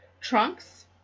trunks